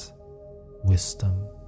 wisdom